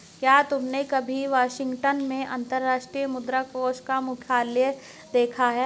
क्या तुमने कभी वाशिंगटन में अंतर्राष्ट्रीय मुद्रा कोष का मुख्यालय देखा है?